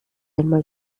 einmal